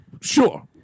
sure